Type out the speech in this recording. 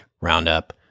roundup